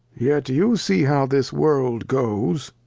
yet you see how this world goes.